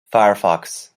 firefox